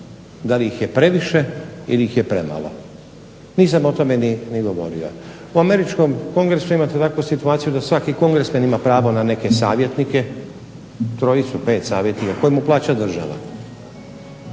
da li ih je previše ili ih je premalo. Nisam o tome ni govorio. U američkom kongresu imate takvu situaciju da svaki kongresmen ima pravo na neke savjetnike, trojicu, pet savjetnika kojima plaća država.